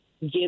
give